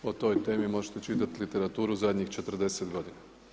O toj temi možete čitati literaturu zadnjih 40 godina.